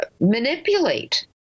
manipulate